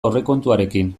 aurrekontuarekin